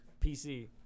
PC